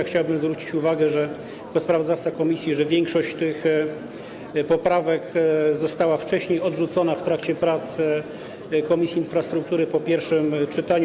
Chciałbym zwrócić uwagę jako sprawozdawca komisji, że większość tych poprawek została wcześniej odrzucona w trakcie prac Komisji Infrastruktury po pierwszym czytaniu.